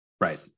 Right